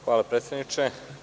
Hvala, predsedniče.